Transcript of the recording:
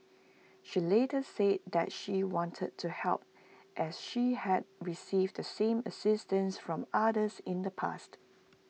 she later said that she wanted to help as she had received the same assistance from others in the past